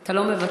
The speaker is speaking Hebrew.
אתה לא מוותר?